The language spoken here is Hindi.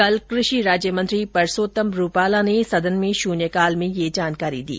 कल कृषि राज्य मंत्री परसोत्तम रूपाला ने सदन में शून्यकाल में यह जानकारी दी